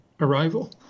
arrival